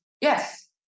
yes